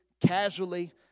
casually